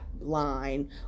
line